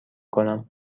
کنم